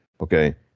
Okay